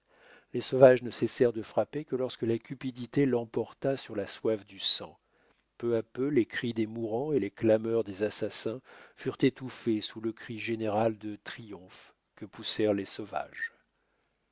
les sauvages ne cessèrent de frapper que lorsque la cupidité l'emporta sur la soif du sang peu à peu les cris des mourants et les clameurs des assassins furent étouffés sous le cri général de triomphe que poussèrent les sauvages